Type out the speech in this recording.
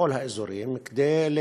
בכל האזורים, כדי,